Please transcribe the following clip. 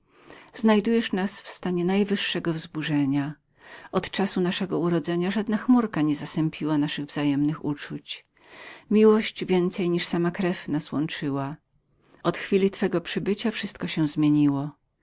znajdujesz nas w stanie najwyższego wzburzenia od czasu naszego urodzenia żadna chmurka nie zasępiła naszych wzajemnych stosunków przywiązanie więcej niżeli sama krew nas łączyło od chwili twego przybycia rzeczy całkiem się zmieniły